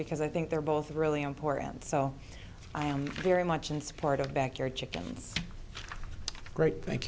because i think they're both really important so i am very much in support of backyard chickens great thank